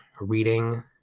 reading